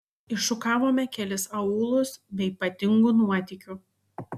iššukavome kelis aūlus be ypatingų nuotykių